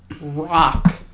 Rock